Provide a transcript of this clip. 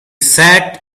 sat